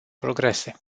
progrese